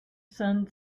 son